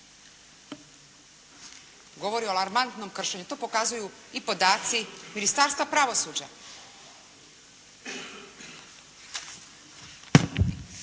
govori o alarmantnoj kršenju. To pokazuju i podaci Ministarstva pravosuđa.